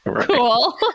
cool